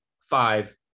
five